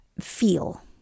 feel